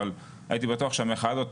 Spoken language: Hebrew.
אבל הייתי בטוח שהמחאה הזאת